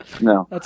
No